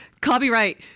copyright